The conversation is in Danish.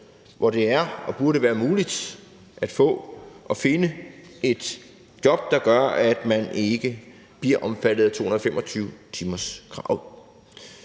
hvor det er og burde være muligt at finde et job, der gør, at man ikke bliver omfattet af 225-timerskravet.